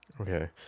Okay